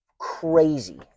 crazy